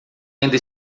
ainda